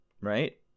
right